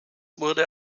wurde